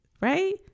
Right